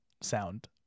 sound